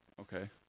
Okay